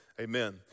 amen